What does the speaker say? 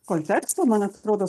konteksto man atrodo